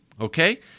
okay